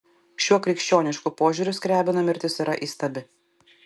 šiuo krikščionišku požiūriu skriabino mirtis yra įstabi